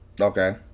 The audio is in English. okay